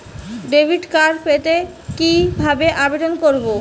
Debit card পেতে কি ভাবে আবেদন করব?